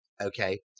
Okay